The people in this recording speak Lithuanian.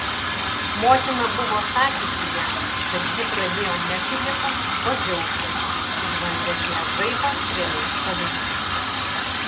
motina buvo sakiusi jam kad jį pradėjo ne filipas o dzeusas užvaldęs ją žaibo strėlės pavidalu